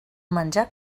menjar